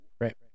Right